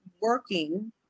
working